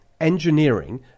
engineering